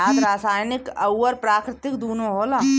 खाद रासायनिक अउर प्राकृतिक दूनो होला